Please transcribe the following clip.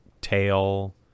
tail